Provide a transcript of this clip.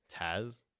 taz